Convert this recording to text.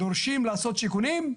דורשים לעשות שיכונים,